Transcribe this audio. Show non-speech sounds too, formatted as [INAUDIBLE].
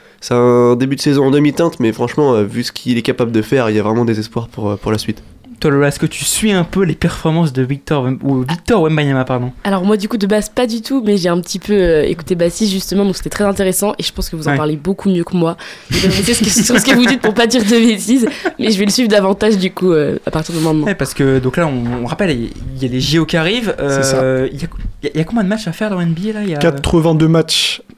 C'est un début de saison en demi-teinte, mais franchement, euh, vu ce qu'il est capable de faire, il y a vraiment des espoirs pour, euh, pour la suite. Toi, Lola, est-ce que tu suis un peu les performances de Victor Wemb- ou Victor Wembanyama, pardon ? Alors, moi, du coup, de base, pas du tout, mais j'ai un petit peu, euh, écouté Bassi, justement, donc c'était très intéressant, et je pense que vous en Ouais. parlez beaucoup mieux que moi. Je vais [LAUGHS] me répéter ce que- sur ce que vous dites pour pas dire de bêtises, mais je vais le suivre davantage, du coup, euh, à partir de maintenant. Ouais, parce que, donc là, on- on rappelle, il y- il y a les JO qui arrivent, C'est ça. euh, il y a- il y a- il y a combien de matchs à faire dans NBA, là ? Il y a- 82 matchs.